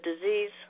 disease